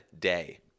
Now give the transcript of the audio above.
day